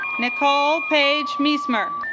nicole paige me smurf